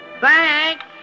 Thanks